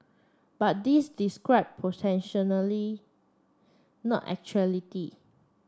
but this describe not actuality